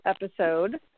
episode